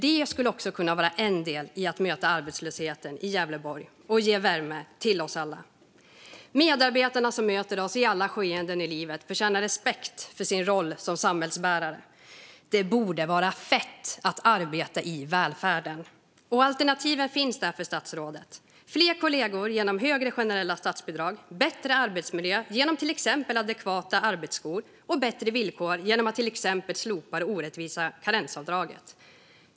Detta skulle också kunna vara en del i att möta arbetslösheten i Gävleborg och ge värme till oss alla. De medarbetare som möter oss i alla skeenden i livet förtjänar respekt för sin roll som samhällsbärare. Det borde vara fett att arbeta i välfärden. Och alternativen finns där för statsrådet: fler kollegor genom högre generella statsbidrag, bättre arbetsmiljö genom till exempel adekvata arbetsskor och bättre villkor genom att till exempel slopa det orättvisa karensavdraget.